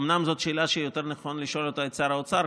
זאת שאלה שיותר נכון לשאול אותה את שר האוצר,